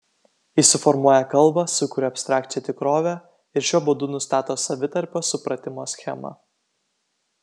ji suformuoja kalbą sukuria abstrakčią tikrovę ir šiuo būdu nustato savitarpio supratimo schemą